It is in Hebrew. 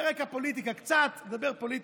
פרק הפוליטיקה, קצת נדבר פוליטיקה: